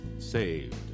saved